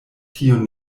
tiun